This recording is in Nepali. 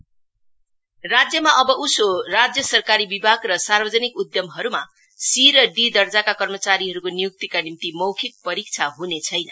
रिक्रटमेन्ट राज्यमा अबउसो राज्य सरकारी विभाग सार्वजनिक उधमहरूमा सि रडि दर्जाका कर्मचारीहरूको नियुक्तिका निम्ति मौखिक परीक्षा हनेछैन